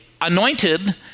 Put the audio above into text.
anointed